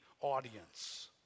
audience